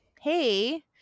hey